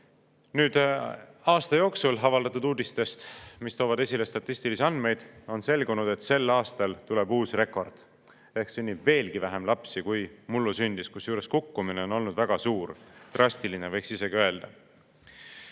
Nüüd, aasta jooksul avaldatud uudistest, mis toovad esile statistilisi andmeid, on selgunud, et sel aastal tuleb uus rekord ehk sünnib veelgi vähem lapsi, kui mullu sündis, kusjuures kukkumine on olnud väga suur, võiks isegi öelda,